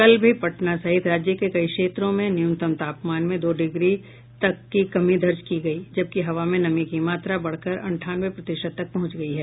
कल भी पटना सहित राज्य के कई क्षेत्रों के न्यूनतम तापमान में दो डिग्री सेल्सियस तक की कमी दर्ज की गयी जबकि हवा में नमी की मात्रा बढ़ कर अटठानवे प्रतिशत तक पहंच गयी है